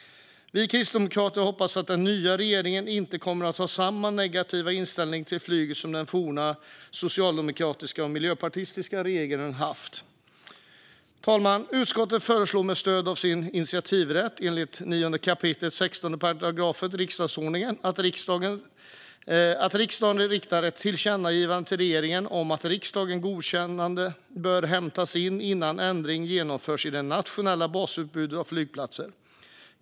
Vi kristdemokrater hoppas att den nya regeringen inte kommer att ha samma negativa inställning till flyget som den forna socialdemokratiska och miljöpartistiska regeringen har haft. Fru talman! Utskottet föreslår med stöd av sin initiativrätt enligt 9 kap. 16 § riksdagsordningen att riksdagen riktar ett tillkännagivande till regeringen om att riksdagens godkännande bör inhämtas innan ändring genomförs i det nationella basutbudet av flygplatser.